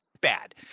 bad